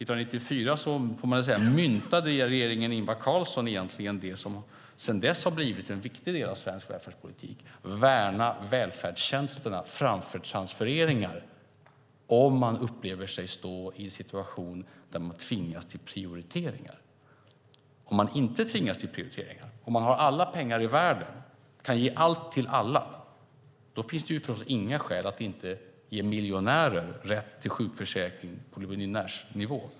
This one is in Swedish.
År 1994 myntade regeringen Ingvar Carlsson det som sedan dess har blivit en viktig del av svensk välfärdspolitik, nämligen att man ska värna välfärdstjänster framför transfereringar om man upplever att man befinner sig i en situation där man tvingas till prioriteringar. Om man inte tvingas till prioriteringar, om man har alla pengar i världen och kan ge allt till alla, finns det förstås inga skäl att inte ge miljonärer rätt till sjukförsäkring på miljonärsnivå.